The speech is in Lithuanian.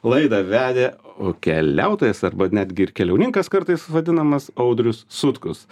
laidą vedė o keliautojas arba netgi ir keliauninkas kartais vadinamas audrius sutkus